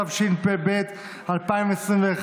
התשפ"ב 2021,